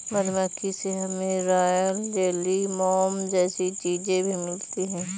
मधुमक्खी से हमे रॉयल जेली, मोम जैसी चीजे भी मिलती है